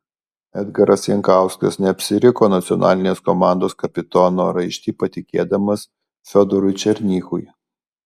edgaras jankauskas neapsiriko nacionalinės komandos kapitono raištį patikėdamas fiodorui černychui